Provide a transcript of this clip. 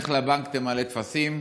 לך לבנק, תמלא טפסים.